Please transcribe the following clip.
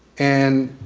and,